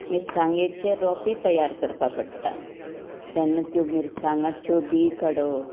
मिरसांगेचे रोपे तयार करपाक पडटा तेन्ना त्यो मिरसांगाच्यो बीं काडप